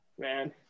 man